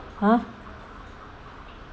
!huh!